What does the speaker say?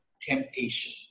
temptation